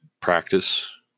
practice